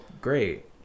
great